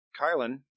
Kylan